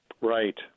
Right